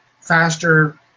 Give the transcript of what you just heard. faster